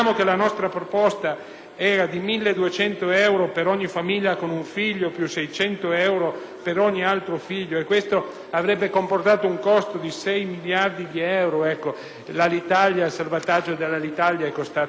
per ogni altro figlio. Ciò avrebbe comportato un costo di 6 miliardi di euro: il salvataggio di Alitalia è costato molto di più! Signor Presidente, mi rivolgo al Governo ed alla maggioranza, scevro da ogni accento polemico,